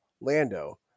Lando